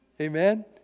Amen